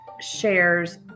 shares